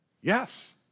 Yes